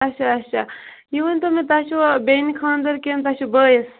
اَچھا اَچھا یہِ ؤنۍتو مےٚ تۄہہِ چھَوا بیٚنہِ خانٛدَر کِنہٕ تۄہہِ چھُو بٲیِس